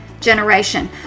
generation